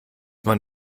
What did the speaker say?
man